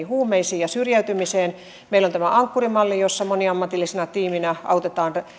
huumeisiin ja syrjäytymiseen meillä on tämä ankkuri malli jossa moniammatillisena tiiminä autetaan